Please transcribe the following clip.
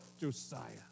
Josiah